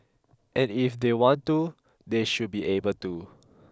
and if they want to they should be able to